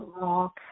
rock